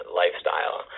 lifestyle